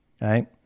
Right